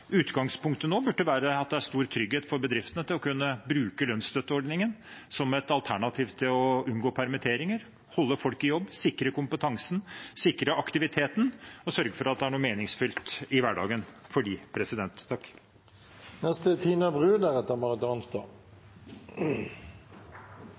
Utgangspunktet nå burde være at det er stor trygghet for bedriftene til å kunne bruke lønnsstøtteordningen som et alternativ til å unngå permitteringer, holde folk i jobb, sikre kompetansen, sikre aktiviteten og sørge for at det er noe meningsfylt i hverdagen for